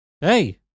Hey